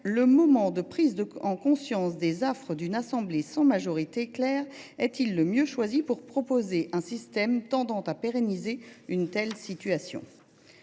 le moment de prise en conscience des affres d’une assemblée sans majorité claire est il le mieux choisi pour proposer un système tendant à pérenniser une telle situation »